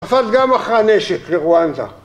ערפאת גם מכר נשק לרואנדה